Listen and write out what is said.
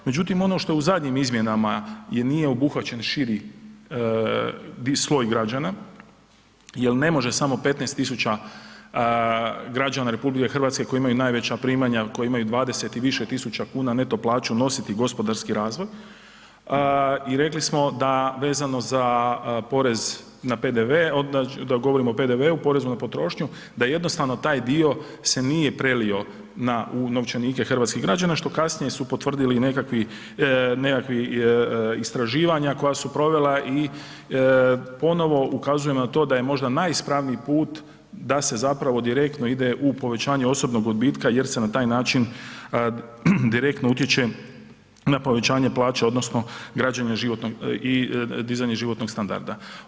Međutim ono što je u zadnjim izmjenama jer nije obuhvaćen širi sloj građana jer ne može samo 15 tisuća građana RH koji imaju najveća primanja ili koji imaju 20 i više tisuća kn neto plaću nositi gospodarski razvoj i rekli smo da, vezano za porez na PDV, onda govorimo o PDV-u, poreznu na potrošnju, da jednostavno taj dio se nije prelio u novčanike hrvatskih građana, što kasnije su potvrdili i nekakvi istraživanja koja su provela i ponovo ukazuje na to da je možda najispravniji put da se zapravo direktno ide u povećanje osobnog odbitka jer se na taj način direktno utječe na povećanje plaća odnosno građenje životnog, dizanje životnog standarda.